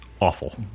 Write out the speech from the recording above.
awful